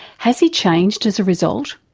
has he changed as a result?